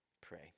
pray